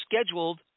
scheduled